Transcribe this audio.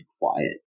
quiet